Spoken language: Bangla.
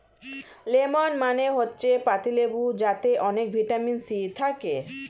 লেমন মানে হচ্ছে পাতিলেবু যাতে অনেক ভিটামিন সি থাকে